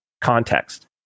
context